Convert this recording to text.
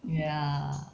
ya